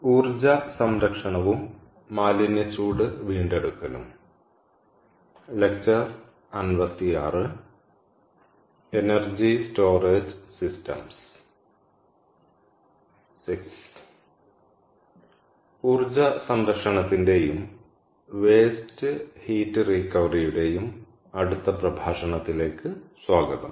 ഊർജ സംരക്ഷണത്തിന്റെയും waste heat റിക്കവറിയുടെയും അടുത്ത പ്രഭാഷണത്തിലേക്ക് സ്വാഗതം